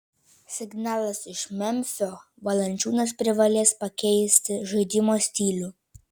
signalas iš memfio valančiūnas privalės pakeisti žaidimo stilių